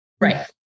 Right